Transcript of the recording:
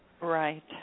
Right